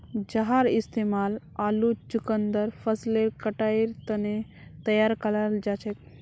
जहार इस्तेमाल आलू चुकंदर फसलेर कटाईर तने तैयार कराल जाछेक